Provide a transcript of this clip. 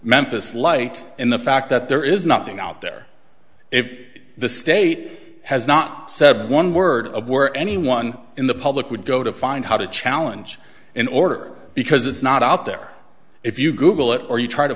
memphis light in the fact that there is nothing out there if the state has not said one word of where anyone in the public would go to find how to challenge in order because it's not out there or if you google it or you try to